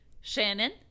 Shannon